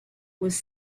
was